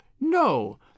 No